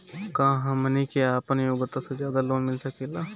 का हमनी के आपन योग्यता से ज्यादा लोन मिल सकेला?